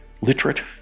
literate